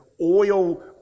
oil